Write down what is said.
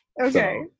Okay